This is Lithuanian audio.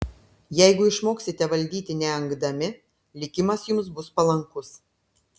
jeigu išmoksite valdyti neengdami likimas jums bus palankus